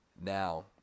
Now